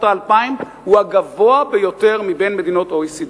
האלפיים הוא הגבוה ביותר מבין מדינות ה-OECD.